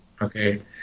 okay